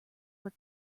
were